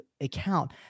account